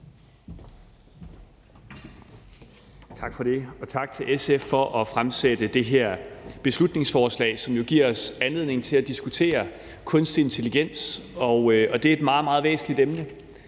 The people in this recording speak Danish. Tak for det. Og tak til SF for at fremsætte det her beslutningsforslag, som jo giver os anledning til at diskutere kunstig intelligens. Det er et meget, meget væsentligt emne,